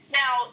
now